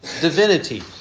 divinity